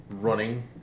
running